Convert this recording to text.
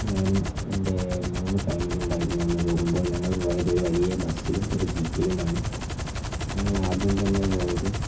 ഞാനും എൻ്റെ മൂന്ന് ഫാമിലിയും ഉണ്ടായിരുന്നു അന്നു പോകുമ്പോൾ ഞങ്ങൾ പോയത് വലിയ ബസ്സിലും ഒരു ജീപ്പിലുമാണ് നമ്മളാദ്യം തന്നെ പോയത്